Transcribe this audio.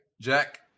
Jack